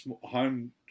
home